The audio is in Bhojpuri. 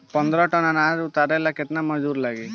पन्द्रह टन अनाज उतारे ला केतना मजदूर लागी?